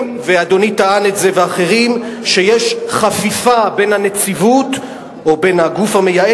וזה בדרך כלל מה שקורה לאנשים,